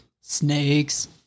Snakes